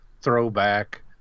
throwback